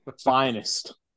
Finest